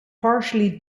partially